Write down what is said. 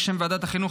בשם ועדת החינוך,